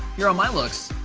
here are my looks.